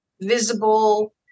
visible